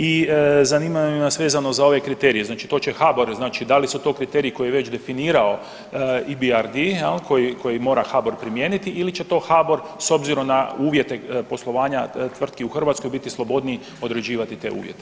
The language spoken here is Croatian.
I zanimaju nas, vezano za ove kriterije, znači to će HBOR, znači da li su to kriteriji koji je već i definirao i BRD, je li, koji mora HBOR primijeniti ili će to HBOR s obzirom na uvjete poslovanja tvrtki u Hrvatskoj biti slobodniji određivati te uvjete.